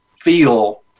feel